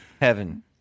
Heaven